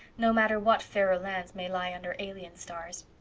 no matter what fairer lands may lie under alien stars.